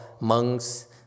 monks